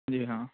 جی ہاں